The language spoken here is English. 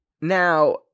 now